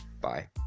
Bye